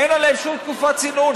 אין עליהם שום תקופת צינון.